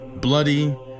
bloody